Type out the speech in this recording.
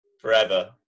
forever